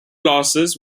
losses